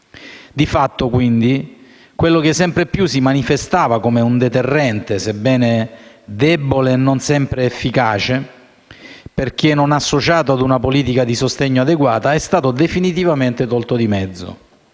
Di fatto, quindi, quello che sempre più si manifestava come un deterrente, sebbene debole e non sempre efficace, perché non associato ad una politica di sostegno adeguata, è stato definitivamente tolto di mezzo.